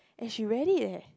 and she read it eh